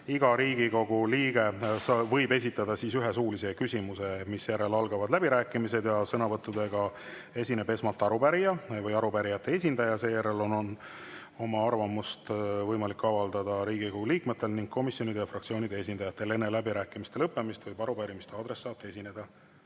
iga Riigikogu liige võib esitada ühe suulise küsimuse, misjärel algavad läbirääkimised. Sõnavõtuga esineb esmalt arupärija või arupärijate esindaja, seejärel on oma arvamust võimalik avaldada Riigikogu liikmetel ning komisjonide ja fraktsioonide esindajatel. Enne läbirääkimiste lõppemist võib arupärimise adressaat esineda